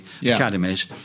academies